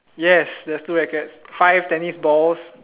yes there's two rackets five tennis balls